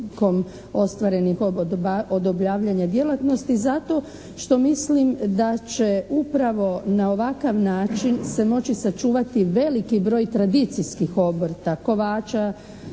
djelatnosti zato što mislim da će upravo na ovakav način se moći sačuvati veliki broj tradicijskih obrta; kovača,